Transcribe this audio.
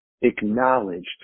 acknowledged